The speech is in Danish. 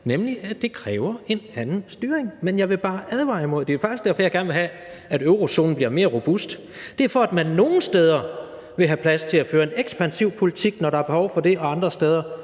nemlig at det kræver en anden styring. Men jeg vil bare advare. Det er faktisk derfor, jeg gerne vil have, at eurozonen bliver mere robust; altså, det er for, at man nogle steder vil have plads til at føre en ekspansiv politik, når der er behov for det, og andre steder